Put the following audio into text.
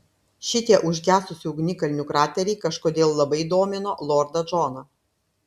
šitie užgesusių ugnikalnių krateriai kažkodėl labai domino lordą džoną